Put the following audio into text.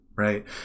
Right